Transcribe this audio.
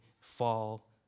fall